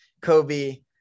Kobe